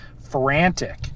frantic